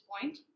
point